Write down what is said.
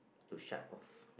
to shut off